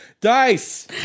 Dice